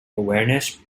awareness